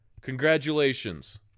Congratulations